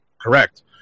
Correct